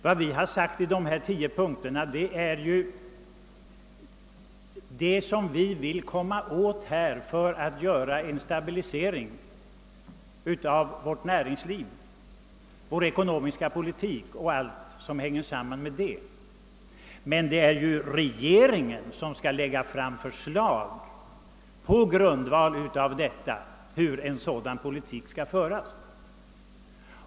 Vad vi har sagt i de tio punkterna är det som vi vill komma åt och där vi vill åstadkomma en stabilisering av vårt näringsliv, vår ekonomiska politik och allt vad därmed sammanhänger. Men det är regeringen som skall lägga fram förslag på grundval av anvisningarna hur en sådan politik skall föras.